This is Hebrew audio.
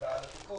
תודה על התיקון.